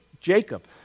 Jacob